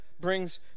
brings